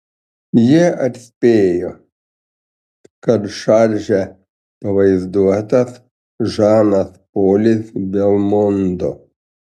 jie atspėjo kad šarže pavaizduotas žanas polis belmondo